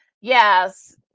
yes